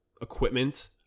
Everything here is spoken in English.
equipment